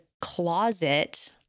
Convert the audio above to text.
closet